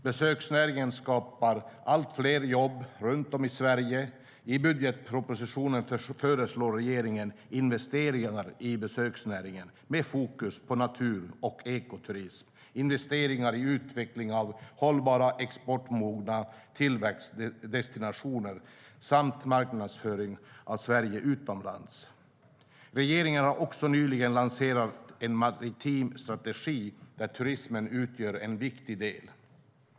Besöksnäringen skapar allt fler jobb runt om i Sverige. I budgetpropositionen föreslår regeringen investeringar i besöksnäringen med fokus på natur och ekoturism, investeringar i utvecklingen av hållbara exportmogna tillväxtdestinationer samt marknadsföring av Sverige utomlands. Regeringen har också nyligen lanserat en maritim strategi där turismen utgör en viktig del.